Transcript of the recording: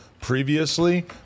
previously